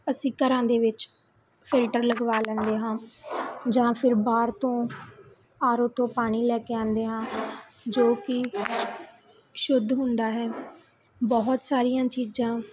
ਅਸੀਂ ਘਰਾਂ ਦੇ ਵਿੱਚ ਫਿਲਟਰ ਲਗਵਾ ਲੈਂਦੇ ਹਾਂ ਜਾਂ ਫਿਰ ਬਾਹਰ ਤੋਂ ਆਰ ਓ ਤੋਂ ਪਾਣੀ ਲੈ ਕੇ ਆਉਂਦੇ ਹਾਂ ਜੋ ਕਿ ਸ਼ੁੱਧ ਹੁੰਦਾ ਹੈ ਬਹੁਤ ਸਾਰੀਆਂ ਚੀਜ਼ਾਂ